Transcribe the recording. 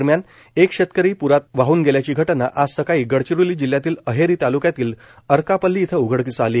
दरम्यान एक शेतकरी पुरात वाहन गेल्याची घटना आज सकाळी गडचिरोली जिल्ह्यातील अहेरी ताल्क्यातील अर्कापल्ली इथं उघडकीस आली